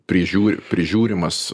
prižiūr prižiūrimas